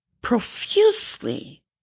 profusely